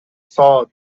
saw